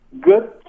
good